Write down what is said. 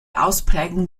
ausprägung